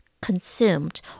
consumed